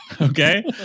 Okay